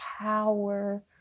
power